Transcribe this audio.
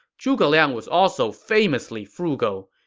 zhuge liang was also famously frugal.